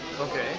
Okay